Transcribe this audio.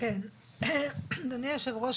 אדוני היושב-ראש,